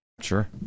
Sure